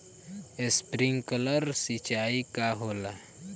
Sprinkler सिंचाई का होला?